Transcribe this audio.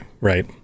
right